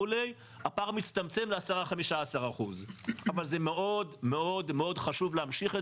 הפער מצטמצם ל-10%-15% אבל זה מאוד מאוד חשוב להמשיך את